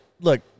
look